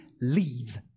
leave